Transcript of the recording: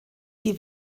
die